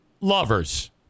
lovers